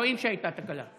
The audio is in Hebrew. רואים שהייתה תקלה.